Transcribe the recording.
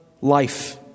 life